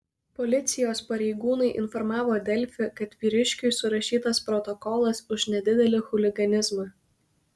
policijos pareigūnai informavo delfi kad vyriškiui surašytas protokolas už nedidelį chuliganizmą